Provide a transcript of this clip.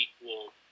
equal